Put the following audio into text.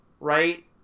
right